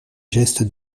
geste